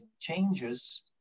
changes